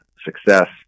success